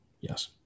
yes